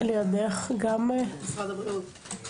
בבקשה, משרד הבריאות,